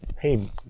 Hey